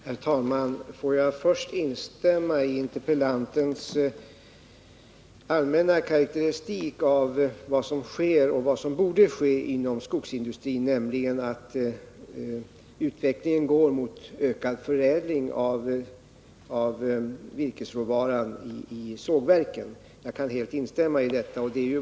Herr talman! Jag vill först instämma i interpellantens allmänna karakteristik av vad som sker och borde ske inom skogsindustrin, att utvecklingen går mot ökad förädling av virkesråvara i sågverken.